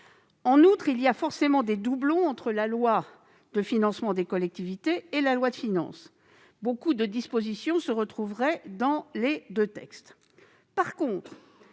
En outre, il existerait forcément des doublons entre la loi de financement des collectivités et la loi de finances. Beaucoup de dispositions se retrouveraient dans les deux textes.